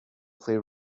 play